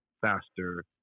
faster